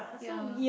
yeah